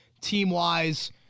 Team-wise